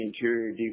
interior